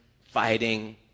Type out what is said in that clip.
fighting